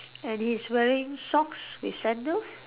and he's wearing socks with sandals